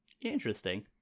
Interesting